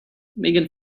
megan